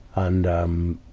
and, um,